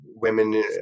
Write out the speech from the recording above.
women